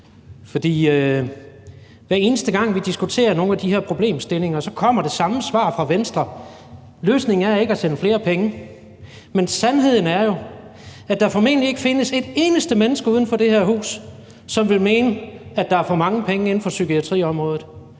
For hver eneste gang vi diskuterer nogle af de her problemstillinger, så kommer det samme svar fra Venstre, nemlig at løsningen ikke er at sende flere penge. Men sandheden er jo, at der formentlig ikke findes et eneste menneske uden for det her hus, som vil mene, at der er for mange penge inden for psykiatriområdet